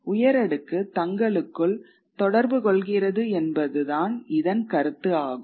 உயரடுக்கு தங்களுக்குள் தொடர்புகொள்கிறது என்பதுதான் இதன் கருத்து ஆகும்